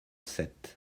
sept